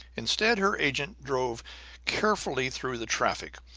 instead, her agent drove carefully through the traffic,